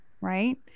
right